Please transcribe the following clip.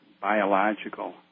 biological